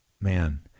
Man